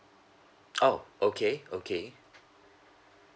oh okay okay